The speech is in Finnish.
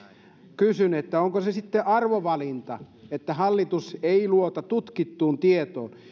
kysyn onko se sitten arvovalinta että hallitus ei luota tutkittuun tietoon